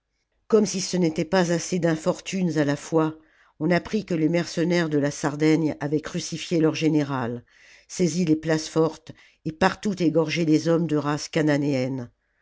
comme si ce n'était pas assez d'infortunes à la fois on apprit que les mercenaires de la sardaigne avaient crucifié leur général saisi les places fortes et partout égorgé les hommes de race chananéenne